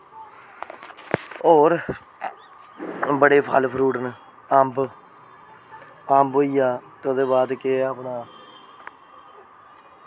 होर बड़े फल फ्रूट न अम्ब अम्ब होइया ओह्दे बाद केह् अपना